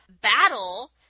battle